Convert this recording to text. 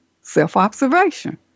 self-observation